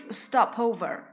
stopover